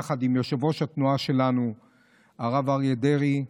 יחד עם יושב-ראש התנועה שלנו הרב אריה דרעי,